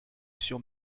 sur